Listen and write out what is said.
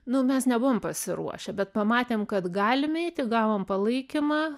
nu mes nebuvom pasiruošę bet pamatėm kad galim eiti gavom palaikymą